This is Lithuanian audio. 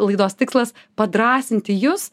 laidos tikslas padrąsinti jus